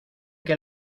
que